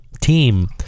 team